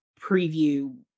preview